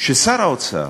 ששר האוצר